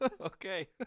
okay